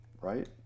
right